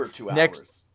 next